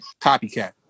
Copycat